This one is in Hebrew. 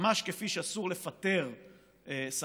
ממש כפי שאסור לפטר שכיר.